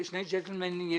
שני ג'נטלמנים?